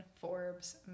Forbes